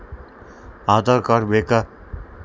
Aadhaar card ಬೇಕಾ?